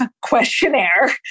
questionnaire